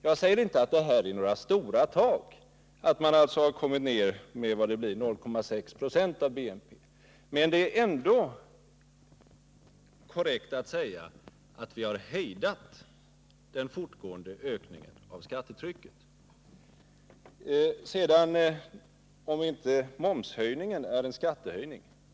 Jag menar inte att det rör sig om några stora tal — man har alltså minskat skatteuttaget med 0,6 96 av bruttonationalprodukten — men det är ändå korrekt att säga att vi har hejdat den fortgående ökningen av skattetrycket. Sedan till frågan om inte momshöjningen är en skattehöjning.